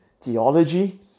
theology